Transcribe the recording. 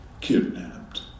kidnapped